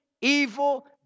evil